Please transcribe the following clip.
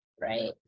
right